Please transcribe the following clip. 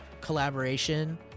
collaboration